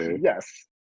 Yes